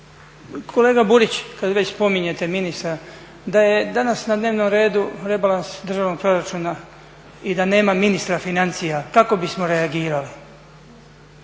Kolega Burić kada već spominjete ministra, da je danas na dnevnom redu rebalans državnog proračuna i da nema ministra financija kako bismo reagirali?